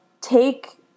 take